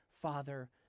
father